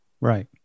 Right